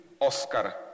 Oscar